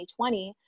2020